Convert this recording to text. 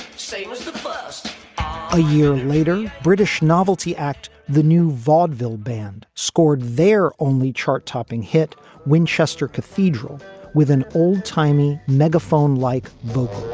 seems the first a year later, british novelty act. the new vaudeville band scored their only chart topping hit winchester cathedral with an old timey megaphone like